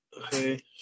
Okay